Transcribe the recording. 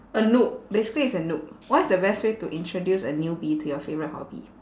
a noob basically it's a noob what's the best way to introduce a newbie to your favourite hobby